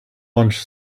lunch